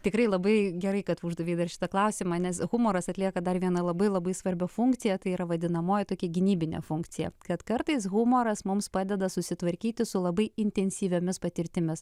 tikrai labai gerai kad uždavei dar šitą klausimą nes humoras atlieka dar vieną labai labai svarbią funkciją tai yra vadinamoji tokia gynybinė funkcija kad kartais humoras mums padeda susitvarkyti su labai intensyviomis patirtimis